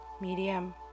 medium